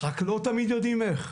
רק לא תמיד יודעים איך.